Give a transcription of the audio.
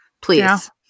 Please